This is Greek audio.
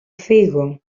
φύγω